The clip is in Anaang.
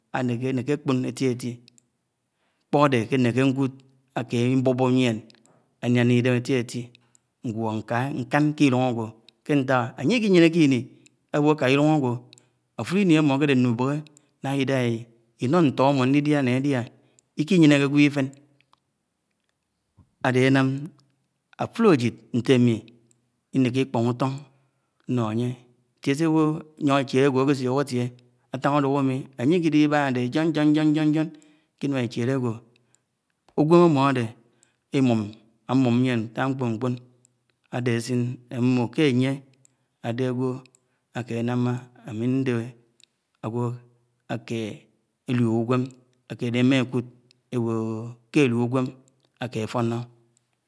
Anéké áneké ákpònò éti éti mkpò áde ké néké ṉkúdi ákáli nbọbo̱ mieṉ álian kè idém etiéti ngwo ṇká nkáṉ kéilúng ágwo, kè nták? ánye ikiyénéke iṉi áwo ka ilúng ágwo áfúli ìni ámmo ákéde nnúbebe na Ida iñò not ammo nlidiá ná ádiá ikiyénéké ágwo ifén ádé ánám inéké ikpòng úton nṉo ánye ntié sè ágwò nyoṉ échen ágwo nkésúk ntie átán ásuk umi ányè ikisibáhá nne njon njon njon njon njon kè inua eched ágwò úgwém ámi áde imom ámom mién átá nkpọnkpon ade asín nmo ke ánye áde agwo akénamá ámi nde ágwo áke ilu ugwem akedehe ema ekud ewó ke álu ugwem ákefoṇoi